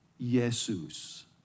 Jesus